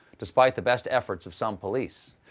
despite the best efforts of some police,